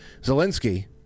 Zelensky